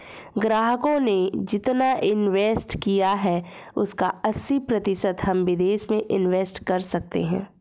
ग्राहकों ने जितना इंवेस्ट किया है उसका अस्सी प्रतिशत हम विदेश में इंवेस्ट कर सकते हैं